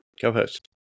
Co-host